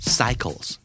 cycles